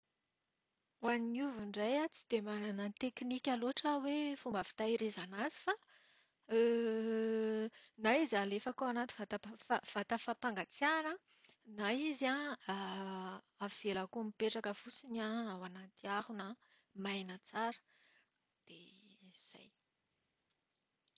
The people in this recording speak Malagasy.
Ho an'ny ovy indray aho tsy dia manana teknika loatra hoe fomba fitahirizana azy fa na izy alefako ao anaty vata pafa- vata fampangatsiahana, na izy an avelako mipetraka fotsiny an ao anaty harona maina tsara. Dia izay.